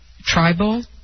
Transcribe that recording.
tribal